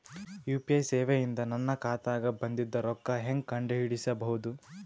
UPI ಸೇವೆ ಇಂದ ನನ್ನ ಖಾತಾಗ ಬಂದಿದ್ದ ರೊಕ್ಕ ಹೆಂಗ್ ಕಂಡ ಹಿಡಿಸಬಹುದು?